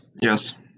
Yes